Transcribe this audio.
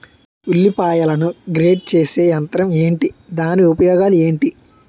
ఉల్లిపాయలను గ్రేడ్ చేసే యంత్రం ఏంటి? దాని ఉపయోగాలు ఏంటి?